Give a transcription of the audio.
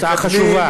הצעה חשובה.